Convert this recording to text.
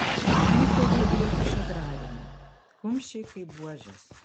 įtariu jog iš agrarinio kumščiai kaip buožės